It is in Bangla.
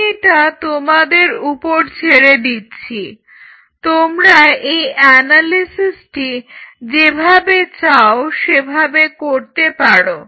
আমি এটা তোমাদের উপর ছেড়ে দিচ্ছি তোমরা এই অ্যানালিসিসটি যেভাবে চাও সেভাবে করতে পারো